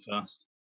first